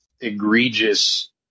egregious